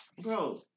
bro